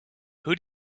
who